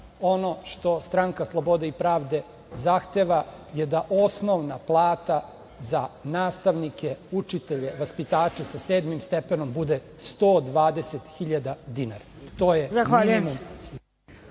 ono što Stranka slobode i pravde zahteva je da osnovna plata za nastavnike, učitelje, vaspitače sa sedmim stepenom bude 120.000 dinara. To je minimum.